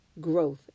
Growth